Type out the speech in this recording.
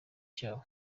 cyabo